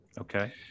Okay